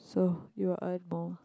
so you earn more